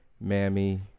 Mammy